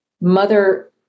Mother